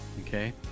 okay